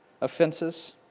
offenses